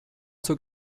zur